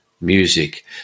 music